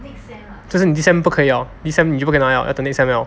就是 this sem 不可了 this sem 你就不可以拿了要等 next sem liao